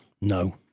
no